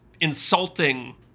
insulting